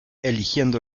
eligiendo